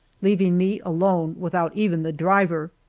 leaving me alone, without even the driver.